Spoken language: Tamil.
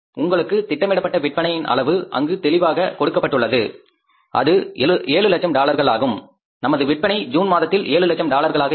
உங்களுக்கு திட்டமிடப்பட்ட விற்பனையின் அளவு இங்கு தெளிவாக கொடுக்கப்பட்டுள்ளது அது 700000 டாலர்களாகும் நமது விற்பனை ஜூன் மாதத்தில் 7 லட்சம் டாலர்களாக இருக்கும்